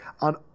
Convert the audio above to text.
on